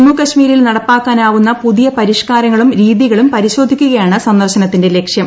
ജമ്മു കശ്മീരിൽ നടപ്പാക്കാനാവുന്ന പുതിയ പരിഷ്ക്കാരങ്ങളും രീതികളും പരിശോധിക്കുകയാണ് സന്ദർശനത്തിന്റെ ലക്ഷ്യം